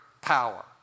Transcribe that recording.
power